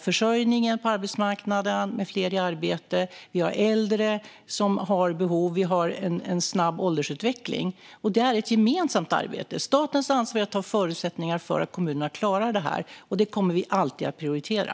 försörjningen på arbetsmarknaden med fler i arbete. Vi har äldre som har behov, och vi har en snabb åldersutveckling. Det här är ett gemensamt arbete. Statens ansvar är att se till att kommunerna har förutsättningar att klara detta, och det kommer vi alltid att prioritera.